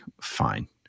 fine